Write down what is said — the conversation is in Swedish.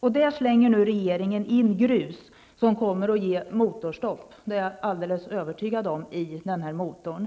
Men där slänger regeringen nu in grus som kommer att leda till motorstopp. Det är jag alldeles övertygad om.